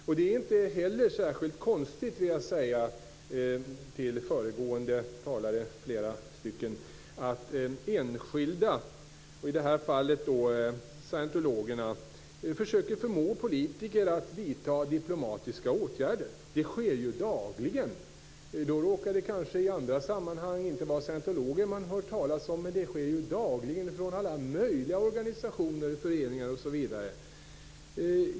Till föregående talare vill jag säga att det inte heller är särskilt konstigt att den enskilde, i det här fallet scientologerna, försöker förmå politiker att vidta diplomatiska åtgärder. Det sker dagligen. I andra sammanhang är det inte scientologer man hör talas om, men det sker som sagt dagligen från alla möjliga organisationer, föreningar osv.